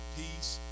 peace